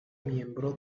miembro